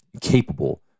capable